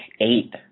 eight